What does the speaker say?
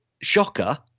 shocker